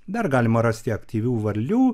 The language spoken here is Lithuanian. dar galima rasti aktyvių varlių